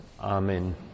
Amen